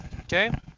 Okay